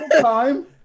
time